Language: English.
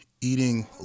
eating